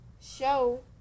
show